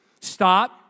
Stop